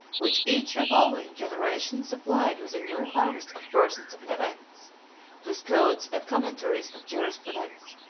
which each revolving generation supplied with a new harvest of persons and events with codes and commentaries of jurisprudence,